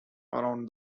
around